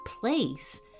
place